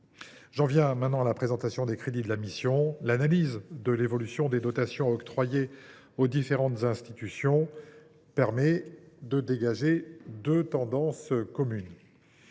J’en viens maintenant à la présentation des crédits de la mission. L’analyse de l’évolution des dotations octroyées aux différentes institutions permet de dégager deux tendances communes.